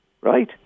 Right